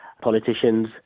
politicians